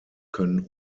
können